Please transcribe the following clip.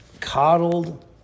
coddled